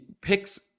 picks